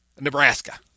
Nebraska